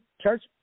church